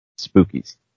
Spookies